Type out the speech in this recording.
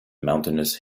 mountainous